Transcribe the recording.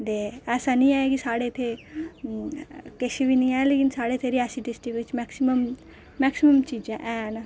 ऐसा नेईं ऐ कि साढ़े इत्थै किश बी नेईं ऐ लेकिन साढ़े इत्थै रियासी डिस्ट्रिक्ट बिच्च मैक्सीमम चीजां हैन